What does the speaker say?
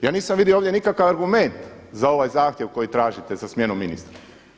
Ja nisam vidio ovdje nikakav argument za ovaj zahtjev koji tražite za smjenu ministra.